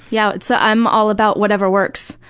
yeah so i'm all about whatever works.